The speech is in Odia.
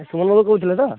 ସୋହନ ବାବୁ କହୁଥିଲେ ତ